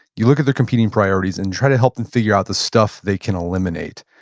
you look at their competing priorities and try to help them figure out the stuff they can eliminate,